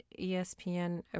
ESPN